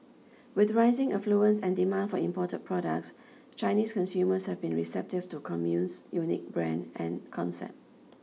with rising affluence and demand for imported products Chinese consumers have been receptive to Commune's unique brand and concept